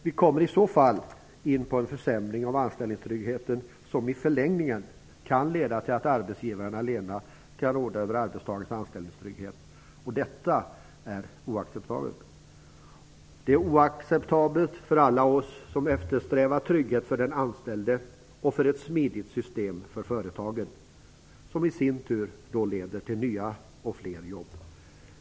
Vi kommer i så fall in på en försämring av anställningstryggheten som i förlängningen kan leda till att arbetsgivaren allena kan råda över arbetstagarens anställningstrygghet, och detta är oacceptabelt. Det är oacceptabelt för alla oss som eftersträvar trygghet för den anställde och ett smidigt system för företagen, vilket i sin tur leder till nya och fler jobb.